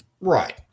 Right